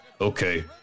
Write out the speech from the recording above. okay